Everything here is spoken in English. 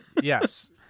Yes